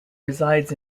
resides